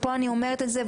פה אני אומרת את זה,